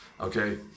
okay